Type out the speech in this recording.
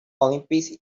olympics